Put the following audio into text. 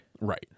right